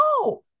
No